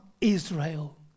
Israel